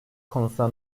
konusuna